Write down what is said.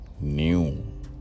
new